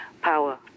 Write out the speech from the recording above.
power